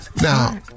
Now